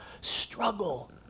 struggle